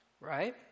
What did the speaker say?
right